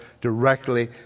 directly